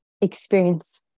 experience